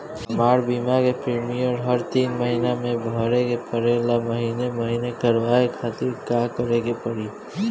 हमार बीमा के प्रीमियम हर तीन महिना में भरे के पड़ेला महीने महीने करवाए खातिर का करे के पड़ी?